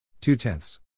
Two-tenths